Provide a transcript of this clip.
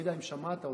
לא יודע אם שמעת אותה,